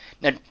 Now